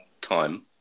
time